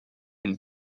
une